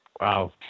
Wow